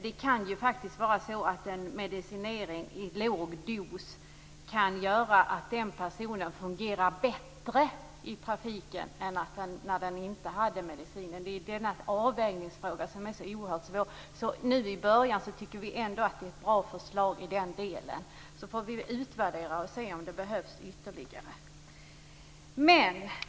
Det kan ju faktiskt vara så att en medicinering i låg dos kan göra att en person fungerar bättre i trafiken än utan medicin. Det är denna avvägningsfråga som är så oerhört svår. Nu i början tycker vi ändå att det är ett bra förslag i den delen. Vi får utvärdera och se om det behövs mer.